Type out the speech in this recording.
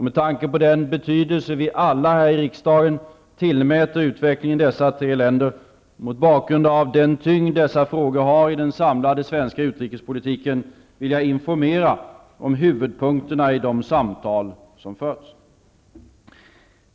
Med tanke på den betydelse vi alla här i riksdagen tillmäter utvecklingen i dessa tre länder och mot bakgrund av den tyngd dessa frågor har i den samlade svenska utrikespolitiken vill jag informera om huvudpunkterna i de samtal som förts.